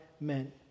meant